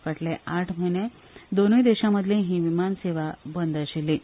फाटले आठ म्हयने दोनूय देशां मदलीं हीं विमान सेवा बंद आशिल्लीं